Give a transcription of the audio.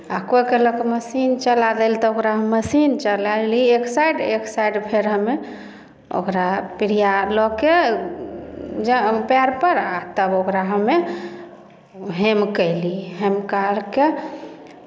आ कोइ कहलक मशीन चला दै लए तऽ ओकरा हम मशीन चलयली एक साइड एक साइड फेर हमे ओकरा पीढ़िया लऽ कऽ जा पएरपर आ तब ओकरा हमे हेम कयली हेम करि कऽ